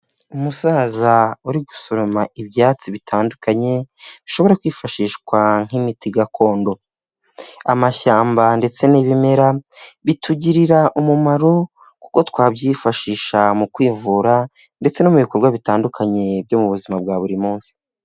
Umusaza uri gusuroma ibyatsi bitandukanye bishobora kwifashishwa nk'imiti gakondo. Amashyamba ndetse n'ibimera bitugirira umumaro kuko twabyifashisha mu kwivura, ndetse no mu bikorwa bitandukanye byo mu buzima bwa buri munsi.